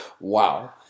Wow